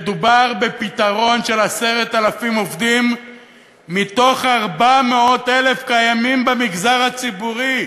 שמדובר בפתרון של 10,000 עובדים מתוך 400,000 הקיימים במגזר הציבורי